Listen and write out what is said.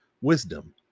wisdom